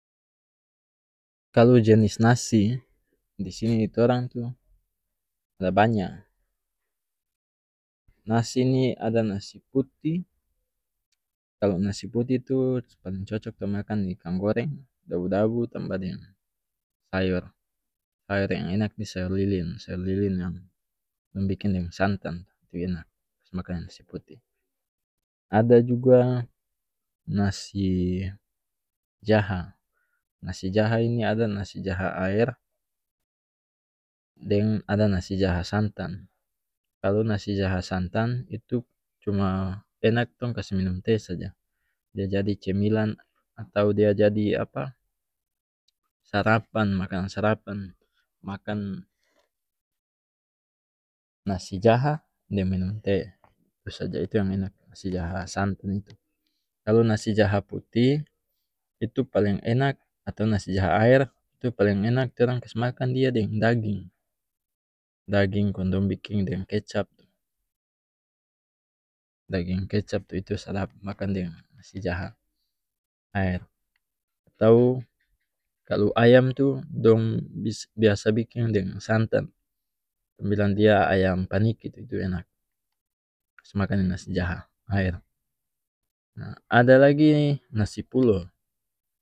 Kalu jenis nasi disini torang tu ada banya nasi ni ada nasi putih kalu nasi putih tu paleng cocok tong makang ikang goreng dabu dabu tambah deng sayor sayor yang enak ni sayor lilin sayor lilin yang dong biking deng santan tu itu enak kase makang deng nasi putih ada juga nasi jaha nasi jaha ini ada nasi jaha aer deng ada nasi jaha santan kalu nasi jaha santan itu cuma enak tong kase minum teh saja dia jadi cemilan atau dia jadi apa sarapan-makanan sarapan makan nasi jaha deng minum teh itu saja itu yang enak nasi jaha itu kalu nasi jaha putih itu paleng enak atau nasi jaha aer itu paleng enak torang kase makan dia deng daging daging kong dong biking deng kecap daging kecap tu itu sadap makang deng nasi jaha aer atau kalu ayam tu dong biasa biking deng santan bilang dia ayam paniki tu itu enak kas makang deng nasi jaha aer nah ada lagi nasi pulo.